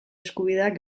eskubideak